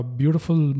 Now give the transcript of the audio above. beautiful